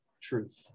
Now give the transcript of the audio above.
truth